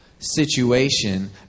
Situation